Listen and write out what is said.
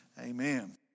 amen